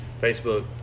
Facebook